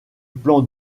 plan